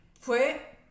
Fue